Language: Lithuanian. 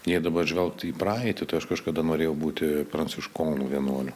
jei dabar žvelgti į praeitį tai aš kažkada norėjau būti pranciškonų vienuoliu